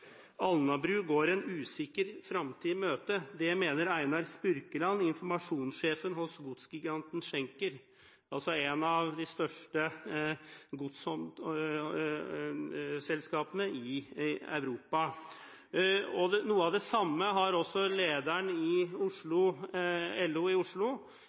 Alnabru går en usikker framtid i møte. Det mener Einar Spurkeland, informasjonssjefen hos godsgiganten Schenker.» Schenker er altså et av de største godsselskapene i Europa. Noe av det samme har også lederen i LO i Oslo